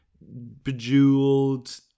bejeweled